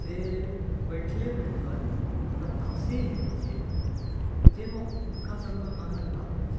से बैठले बैठल एकटा तासे एहेन छै जाहिमे हुनका सबके आनंद आबै छै